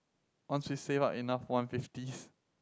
once we save up enough one fifties